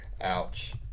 Ouch